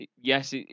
Yes